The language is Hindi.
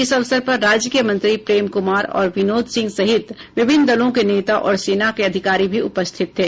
इस अवसर पर राज्य के मंत्री प्रेम कुमार और विनोद सिंह सहित विभिन्न दलों के नेता और सेना के अधिकारी भी उपस्थित थे